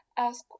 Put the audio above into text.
Ask